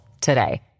today